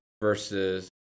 versus